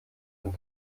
und